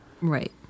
Right